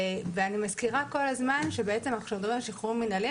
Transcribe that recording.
ואני מזכירה כל הזמן שבעצם אנחנו מדברים על שחרור מנהלי